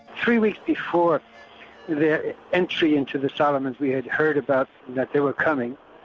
three weeks before the entry into the solomons we had heard about that they were coming,